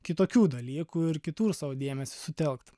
kitokių dalykų ir kitur savo dėmesį sutelkt